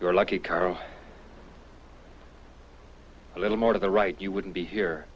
you're lucky karo a little more to the right you wouldn't be here